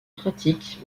pratique